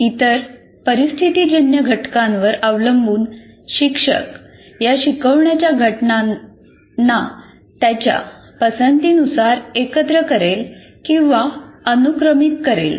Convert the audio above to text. इतर परिस्थितीजन्य घटकांवर अवलंबून शिक्षक या शिकवण्याच्या घटकांना त्याच्या पसंतीनुसार एकत्र करेल किंवा अनुक्रमित करेल